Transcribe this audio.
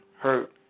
hurt